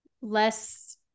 less